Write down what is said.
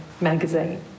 magazine